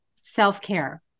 self-care